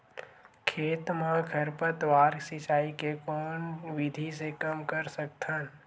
खेत म खरपतवार सिंचाई के कोन विधि से कम कर सकथन?